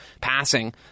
passing